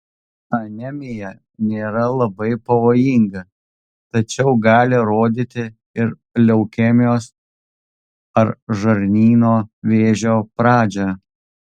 anemija nėra labai pavojinga tačiau gali rodyti ir leukemijos ar žarnyno vėžio pradžią